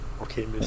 Okay